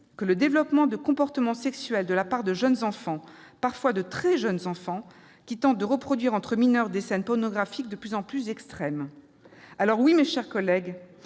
« le développement de comportements sexuels de la part de jeunes enfants, parfois de très jeunes enfants, qui tentent de reproduire entre mineurs des scènes pornographiques, de plus en plus " extrêmes "». Oui, mes chers collègues,